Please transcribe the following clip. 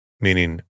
meaning